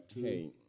hey